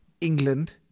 England